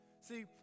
See